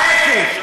ההפך.